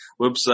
website